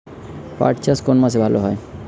পাট চাষ কোন মাসে ভালো হয়?